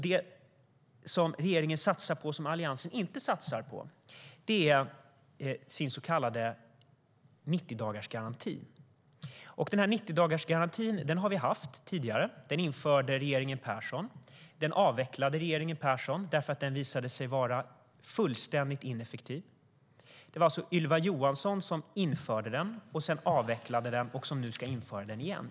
Det som regeringen satsar på som Alliansen inte satsar på är den så kallade 90-dagarsgarantin. Vi har tidigare haft 90-dagarsgarantin. Den införde regeringen Persson. Den avvecklade regeringen Persson därför att den visade sig vara fullständigt ineffektiv. Det var Ylva Johansson som införde den, avvecklade den och nu ska införa den igen.